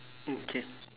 okay